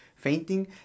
Fainting